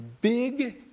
big